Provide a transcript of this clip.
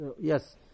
Yes